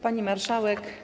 Pani Marszałek!